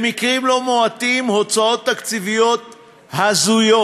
במקרים לא מועטים, הוצאות תקציביות הזויות.